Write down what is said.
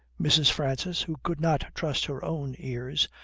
mrs. francis, who could not trust her own ears,